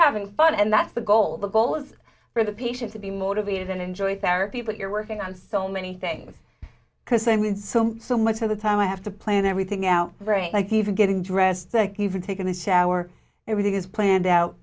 having fun and that's the goal the goal is for the patient to be motivated and enjoy therapy but you're working on so many things because i mean some so much of the time i have to plan everything out right like even getting dressed thank you for taking a shower everything is planned out